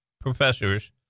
professors